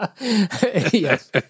Yes